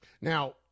now